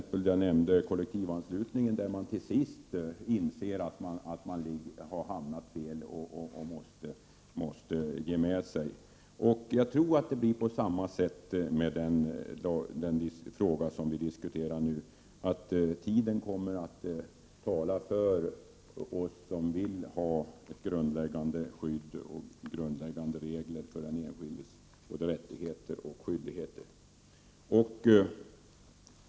Jag nämnde kollektivanslutningen, där socialdemokraterna till sist insåg att de hamnat fel och måste ge med sig. Jag tror att det blir på samma sätt med den fråga som vi diskuterar nu. Tiden talar för oss som vill ha grundläggande regler för den enskildes både rättigheter och skyldigheter.